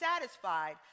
satisfied